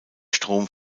strom